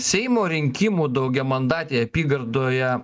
seimo rinkimų daugiamandatėje apygardoje